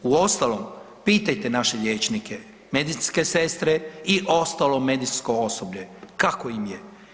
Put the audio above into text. Uostalom pitajte naše liječnike, medicinske sestre i ostalo medicinsko osoblje kako im je.